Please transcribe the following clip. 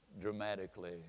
dramatically